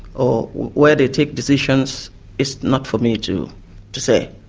or where they take decisions is not for me to to say.